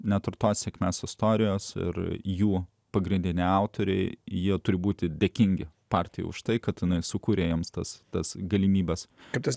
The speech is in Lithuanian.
net ir pasekmes istorijos ir jų pagrindiniai autoriai jie turi būti dėkingi partijai už tai katinai sukūrėjams tas tas galimybes kaip tas